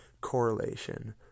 correlation